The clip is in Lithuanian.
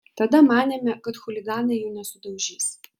tada manėme kad chuliganai jų nesudaužys